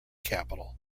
capital